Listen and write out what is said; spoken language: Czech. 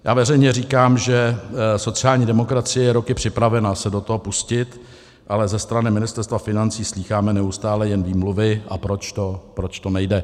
Já veřejně říkám, že sociální demokracie je roky připravena se do toho pustit, ale ze strany Ministerstva financí slýcháme neustále jen výmluvy, a proč to nejde.